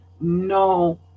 no